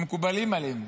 שמקובלים עלינו,